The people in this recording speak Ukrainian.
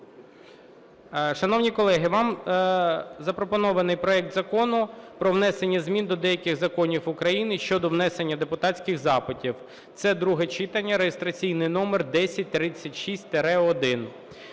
Шановні колеги, вам запропонований проект Закону про внесення змін до деяких законів України щодо внесення депутатських запитів. Це друге читання (реєстраційний номер 1036-1).